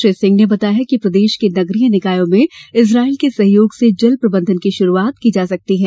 श्री सिंह ने बताया है कि प्रदेश के नगरीय निकायो में इजराइल के सहयोग से जल प्रबंधन की शुरूआत की जा सकती है